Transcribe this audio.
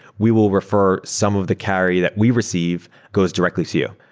we will refer some of the carry that we receive goes directly to you.